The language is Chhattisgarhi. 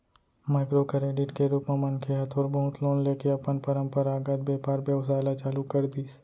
माइक्रो करेडिट के रुप म मनखे ह थोर बहुत लोन लेके अपन पंरपरागत बेपार बेवसाय ल चालू कर दिस